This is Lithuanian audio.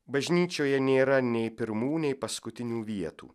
bažnyčioje nėra nei pirmūnei paskutinių vietų